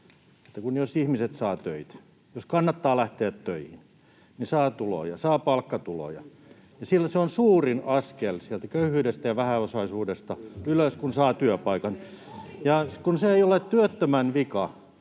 jos ihmiset saavat töitä, jos kannattaa lähteä töihin, he saavat tuloja, saavat palkkatuloja, ja se on suurin askel sieltä köyhyydestä ja vähäosaisuudesta ylös, kun saa työpaikan. Ja kun se ei ole työttömän vika,